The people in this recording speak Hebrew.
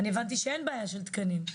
אני הבנתי שאין בעיה של תקנים.